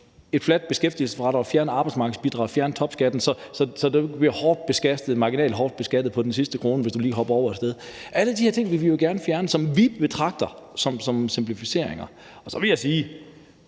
et fladt beskæftigelsesfradrag, fjerne arbejdsmarkedsbidraget, fjerne topskatten, så du ikke bliver marginalt hårdt beskattet på den sidste krone, hvis du lige hopper over et sted. Alle de her ting vil vi jo gerne fjerne, hvilket vi betragter som simplificeringer. Så vil jeg sige,